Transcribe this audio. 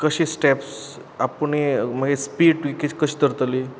कशें स्टॅप्स आपणें मागीर स्पीड कशी धरतली